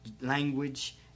language